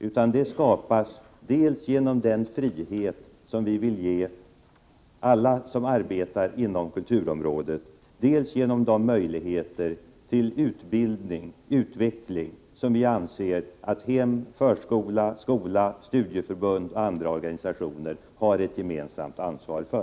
Kvalitet skapas dels genom den frihet vi vill ge alla som arbetar inom kulturområdet, dels genom utbildning och utveckling av människor, något som vi anser att hem, förskola, skola, studieförbund och andra organisationer har ett gemensamt ansvar för.